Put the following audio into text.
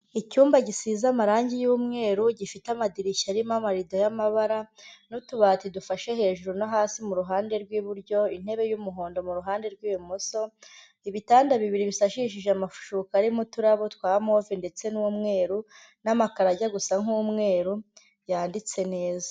Icyumba gisize amarangi y'umweru, gifite amadirishya arimo amarido y'amabara n'utubati dufashe hejuru no hasi mu ruhande rw'iburyo, intebe y'umuhondo mu ruhande rw'ibumoso, ibitanda bibiri bisashishije amashuka arimo uturabo twa move ndetse n'umweru, n'amakaro ajya gusa nk'umweru yanditse neza.